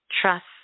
Trust